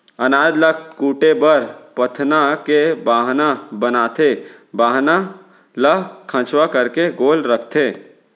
अनाज ल कूटे बर पथना के बाहना बनाथे, बाहना ल खंचवा करके गोल रखथें